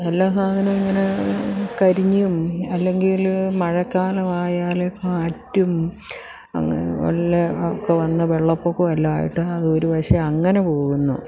എല്ലാ സാധനവും ഇങ്ങനെ കരിഞ്ഞും അല്ലെങ്കിൽ മഴക്കാലമായാൽ കാറ്റും അങ്ങനെ വല്ലതും ഒക്കെ വന്നു വെള്ളപ്പൊക്കമെല്ലാമായിട്ട് അത് ഒരുവശം അങ്ങനെ പോകുന്നു